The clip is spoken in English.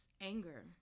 anger